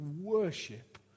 worship